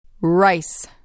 Rice